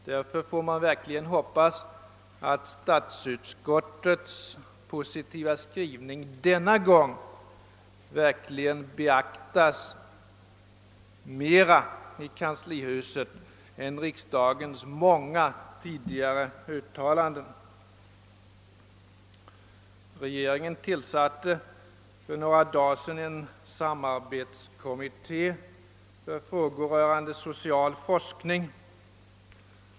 Därför får man verkligen hoppas att statsutskottets positiva skrivning denna gång beaktas mera i kanslihuset än riksdagens många tidigare uttalanden. Regeringen tillsatte för några dagar sedan en samarbetskommitté för frågor rörande social forskning.